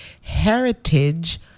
Heritage